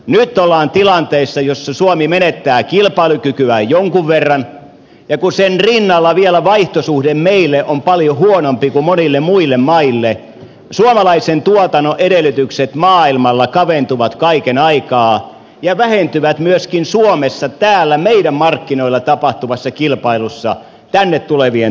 nyt ollaan tilanteessa jossa suomi menettää kilpailukykyään jonkun verran ja kun sen rinnalla vielä vaihtosuhde meille on paljon huonompi kuin monille muille maille suomalaisen tuotannon edellytykset maailmalla kaventuvat kaiken aikaa ja vähentyvät myöskin suomessa täällä meidän markkinoilla tapahtuvassa kilpailussa tänne tulevien tuotteitten kanssa